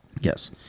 Yes